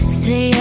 stay